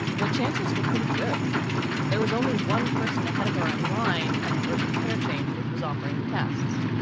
the chances were pretty good there was only one person ahead of her in line at the urgent care chain, which was offering the tests.